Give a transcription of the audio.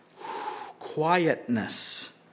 Quietness